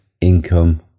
income